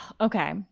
Okay